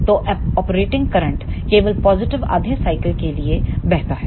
तो output current केवल positive आधे साइकिल के लिए बहता है